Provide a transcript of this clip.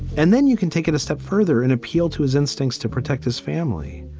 and then you can take it a step further and appeal to his instincts to protect his family.